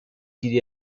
qu’il